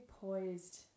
poised